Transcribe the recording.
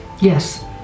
Yes